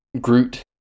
Groot